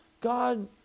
God